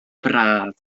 braf